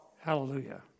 Hallelujah